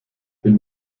bin